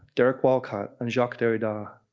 derek walcott, and jacques derrida,